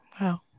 wow